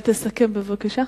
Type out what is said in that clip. תסכם בבקשה.